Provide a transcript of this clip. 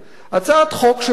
הצעת חוק שמדברת